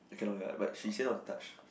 but she say not to touch